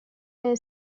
nel